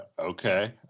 okay